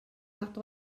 nad